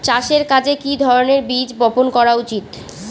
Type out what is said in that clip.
চাষের কাজে কি ধরনের বীজ বপন করা উচিৎ?